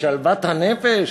שלוות הנפש?